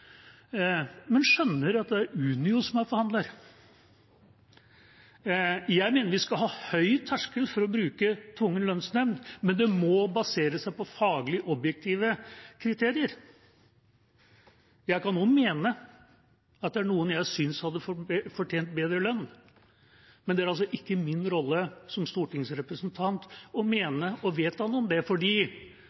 skjønner at det er Unio som er forhandler. Jeg mener vi skal ha høy terskel for å bruke tvungen lønnsnemnd, men det må basere seg på faglige og objektive kriterier. Jeg kan også mene at det er noen jeg synes hadde fortjent bedre lønn, men det er altså ikke min rolle som stortingsrepresentant å mene og vedta noe om det, fordi